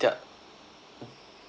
their